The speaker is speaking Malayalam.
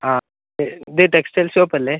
ആ ഇത് ടെക്സ്റ്റൈൽ ഷോപ്പല്ലെ